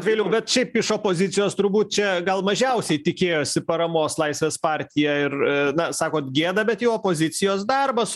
viliau bet šiaip iš opozicijos turbūt čia gal mažiausiai tikėjosi paramos laisvės partija ir na sakot gėda bet jau opozicijos darbas